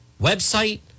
website